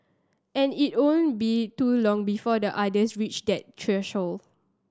and it won't be too long before the otters reach that threshold